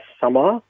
summer